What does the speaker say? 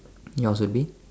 yours would be